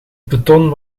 beton